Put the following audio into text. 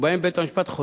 אז כל מה ש"נאמן" הפך